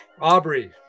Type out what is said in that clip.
Aubrey